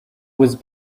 was